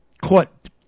caught